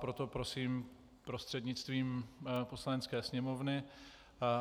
Proto prosím prostřednictvím Poslanecké sněmovny,